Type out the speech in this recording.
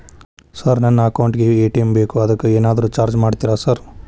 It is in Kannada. ಸರ್ ನನ್ನ ಅಕೌಂಟ್ ಗೇ ಎ.ಟಿ.ಎಂ ಬೇಕು ಅದಕ್ಕ ಏನಾದ್ರು ಚಾರ್ಜ್ ಮಾಡ್ತೇರಾ ಸರ್?